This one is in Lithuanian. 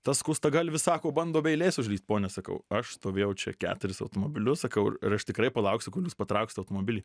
tas skustagalvis sako bando be eilės užlįst ponia sakau aš stovėjau čia keturis automobilius sakau ir aš tikrai palauksiu kol jūs patrauksit automobilį